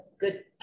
good